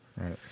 Right